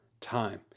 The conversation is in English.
time